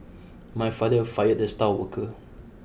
my father fired the star worker